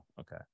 Okay